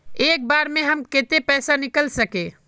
एक बार में हम केते पैसा निकल सके?